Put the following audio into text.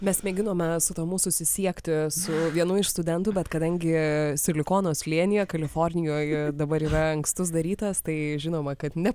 mes mėginome su tomu susisiekti su vienu iš studentų bet kadangi silikono slėnyje kalifornijoj dabar yra ankstus dar rytas tai žinoma kad ne